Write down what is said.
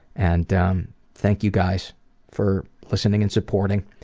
and um thank you guys for listening and supporting,